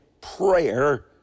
prayer